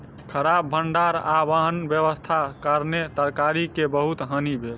खराब भण्डार आ वाहन व्यवस्थाक कारणेँ तरकारी के बहुत हानि भेल